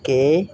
के